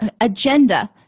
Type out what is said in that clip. agenda